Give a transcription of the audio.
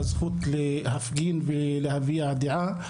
הזכות להפגין ולהביע דעה.